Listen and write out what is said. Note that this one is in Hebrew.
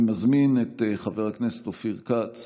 אני מזמין את חבר הכנסת אופיר כץ